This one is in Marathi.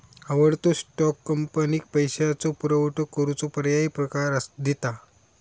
आवडतो स्टॉक, कंपनीक पैशाचो पुरवठो करूचो पर्यायी प्रकार दिता